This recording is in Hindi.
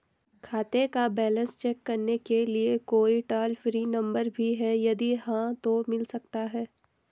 खाते का बैलेंस चेक करने के लिए कोई टॉल फ्री नम्बर भी है यदि हाँ तो मिल सकता है?